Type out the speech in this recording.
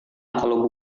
kalau